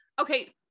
okay